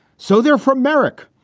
so they're from meric.